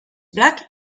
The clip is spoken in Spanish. black